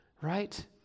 right